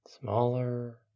Smaller